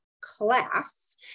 class